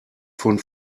von